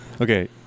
Okay